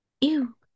Ew